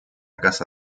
casa